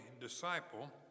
disciple